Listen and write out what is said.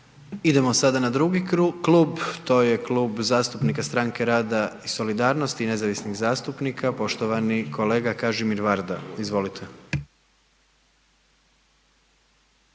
Idemo sada na 2. klub, to je Klub zastupnika Stranke rada i solidarnosti i nezavisnih zastupnika, poštovani kolega Kažimir Varda, izvolite.